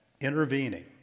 intervening